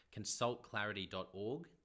consultclarity.org